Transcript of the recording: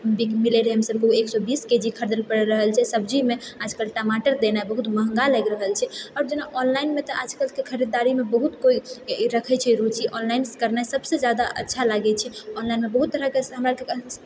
बिक मिलैत रहै हमसभके एक सए बीस के जी खरीदै लेल पड़ि रहल छै सब्जीमे आजकल टमाटर देनाइ बहुत महङ्गा लागि रहल छै आब जेना ऑनलाइनमे तऽ आजकलके खरीदारीमे बहुत कोइ ई रखैत छी रुचि ऑनलाइनसँ करनाइ सभसँ ज्यादा अच्छा लागैत छै ऑनलाइनमे बहुत तरहके हमरा आरके